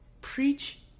Preach